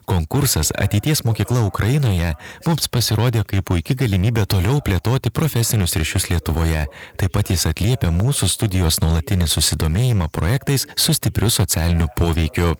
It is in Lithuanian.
konkursas ateities mokykla ukrainoje mums pasirodė kaip puiki galimybė toliau plėtoti profesinius ryšius lietuvoje taip pat jis atliepia mūsų studijos nuolatinį susidomėjimą projektais su stipriu socialiniu poveikiu